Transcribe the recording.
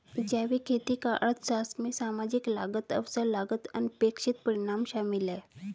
जैविक खेती का अर्थशास्त्र में सामाजिक लागत अवसर लागत अनपेक्षित परिणाम शामिल है